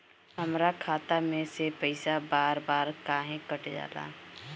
हमरा खाता में से पइसा बार बार काहे कट जाला?